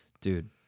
Dude